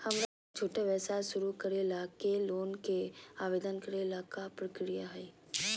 हमरा छोटा व्यवसाय शुरू करे ला के लोन के आवेदन करे ल का प्रक्रिया हई?